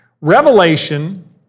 Revelation